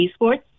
esports